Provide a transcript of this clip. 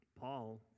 Paul